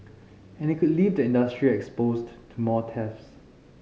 and it could leave the industry exposed to more thefts